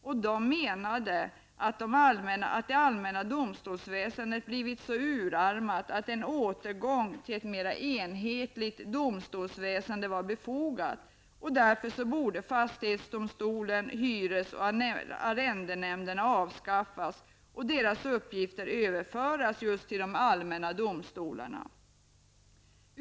Man menade att det allmänna domstolsväsendet hade blivit så utarmat att en återgång till ett mera enhetligt domstolsväsende var befogad. Därför borde fastighetsdomstolen och hyres och arrendenämnderna avskaffas och deras uppgifter överföras just till de allmänna domstolarna.